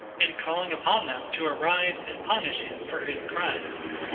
and calling upon them to arise and punish him for his crimes.